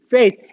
faith